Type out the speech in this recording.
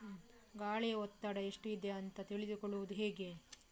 ಗಾಳಿಯ ಒತ್ತಡ ಎಷ್ಟು ಇದೆ ಅಂತ ತಿಳಿದುಕೊಳ್ಳುವುದು ಹೇಗೆ?